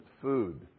food